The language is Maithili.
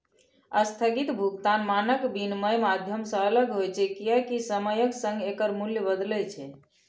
स्थगित भुगतान मानक विनमय माध्यम सं अलग होइ छै, कियैकि समयक संग एकर मूल्य बदलै छै